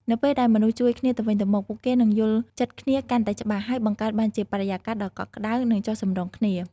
នៅពេលដែលមនុស្សជួយគ្នាទៅវិញទៅមក ពួកគេនឹងយល់ចិត្តគ្នាកាន់តែច្បាស់ ហើយបង្កើតបានជាបរិយាកាសដ៏កក់ក្តៅ និងចុះសម្រុងគ្នា។